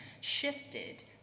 shifted